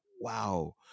wow